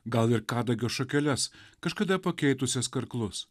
gal ir kadagio šakeles kažkada pakeitusias karklus